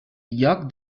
lloc